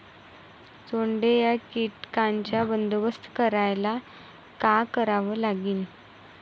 सोंडे या कीटकांचा बंदोबस्त करायले का करावं लागीन?